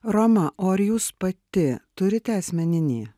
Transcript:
roma o ar jūs pati turite asmeninį